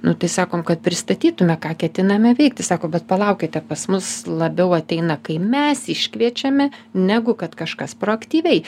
nu tai sakom kad pristatytume ką ketiname veikti sako bet palaukite pas mus labiau ateina kai mes iškviečiame negu kad kažkas proaktyviai